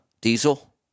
diesel